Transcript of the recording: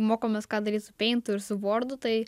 mokomės ką daryt su peintu ir su vordu tai